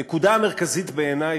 הנקודה המרכזית בעיני,